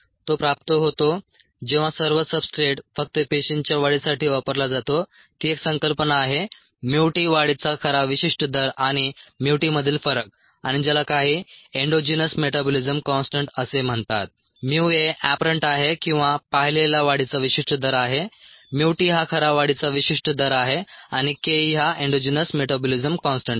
तो प्राप्त होतो जेव्हा सर्व सब्सट्रेट फक्त पेशींच्या वाढीसाठी वापरला जातो ती एक संकल्पना आहे T वाढीचा खरा विशिष्ट दर आणि T मधील फरक आणि ज्याला काही एंडोजिनस मेटाबोलिझ्म काँस्टंट असे म्हणतात Aएपरंट आहे किंवा पाहिलेला वाढीचा विशिष्ट दर आहे Tहा खरा वाढीचा विशिष्ट दर आहे आणि ke हा एंडोजिनस मेटाबोलिझ्म काँस्टंट आहे